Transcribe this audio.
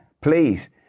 please